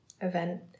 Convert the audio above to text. event